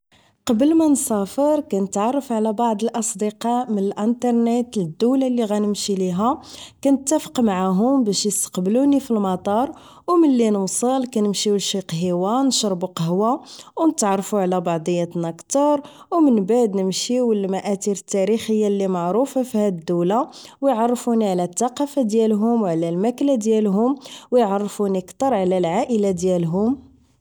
قبل ما نسافر نتعرف على بعض الأصدقاء من الانترنيت للدول اللي غنمشي ليها كي نتفق معاهم باش يستقبلني في المطا. وملي نوصل كنمشيو لشي قهيوة نشربو قهوة ونتعرف على بعضياتنا كثر ومن بعد نمشيو المأثر التاريخيه اللي معروفه فهاذ الدوله ويعرفونا على الثقافه ديالهم وعلى الماكلة ديالهم ويعرفوني اكثر على العائلات ديالهم